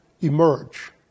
emerge